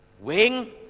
Wing